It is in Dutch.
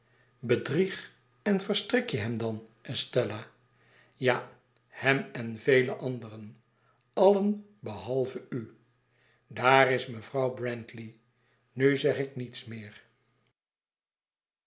bedrieg en verstrik je hem dan estella ja hem en vele anderen alien behalve u daar is mevrouw brandley nu zeg ik niets meer